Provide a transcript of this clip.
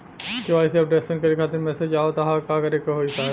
KYC updation करें खातिर message आवत ह का करे के होई साहब?